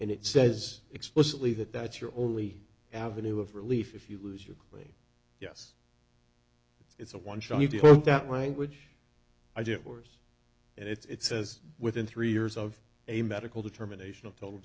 and it says explicitly that that's your only avenue of relief if you lose your claim yes it's a one shot deal if that language i divorce and it's says within three years of a medical determination of total